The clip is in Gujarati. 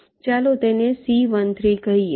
ચાલો તેને C13 કહીએ